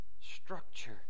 structure